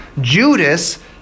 Judas